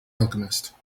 alchemist